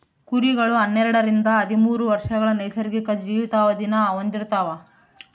ಕುರಿಗಳು ಹನ್ನೆರಡರಿಂದ ಹದಿಮೂರು ವರ್ಷಗಳ ನೈಸರ್ಗಿಕ ಜೀವಿತಾವಧಿನ ಹೊಂದಿರ್ತವ